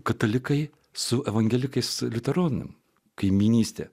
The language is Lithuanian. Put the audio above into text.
katalikai su evangelikais liuteronų kaimynystė